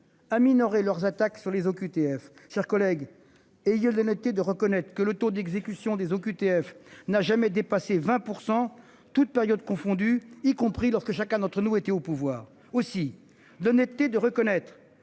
minorer leurs attaques sur les OQTF, chers collègues. Et il y a l'honnêteté de reconnaître que le taux d'exécution des OQTF n'a jamais dépassé 20% toutes périodes confondues, y compris lorsque chacun d'entre nous étaient au pouvoir aussi d'honnêteté de reconnaître